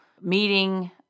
meeting